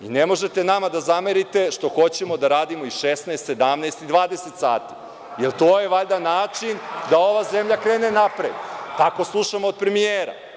Ne možete nama da zamerite što hoćemo da radimo i 16, 17 i 20 sati, jer to je valjda način da ova zemlja krene napred, tako slušamo od premijera.